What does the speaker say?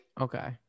Okay